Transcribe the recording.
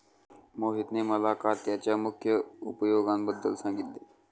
मोहितने मला काथ्याच्या मुख्य उपयोगांबद्दल सांगितले